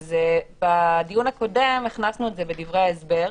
בדיון הקודם הכנסנו את זה בדברי ההסבר,